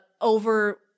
over